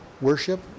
Worship